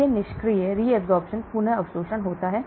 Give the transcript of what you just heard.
एक निष्क्रिय पुन अवशोषण होता है